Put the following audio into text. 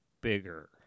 bigger